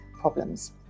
problems